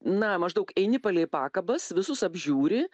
na maždaug eini palei pakabas visus apžiūri